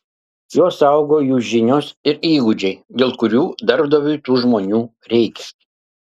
juos saugo jų žinios ir įgūdžiai dėl kurių darbdaviui tų žmonių reikia